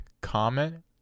comment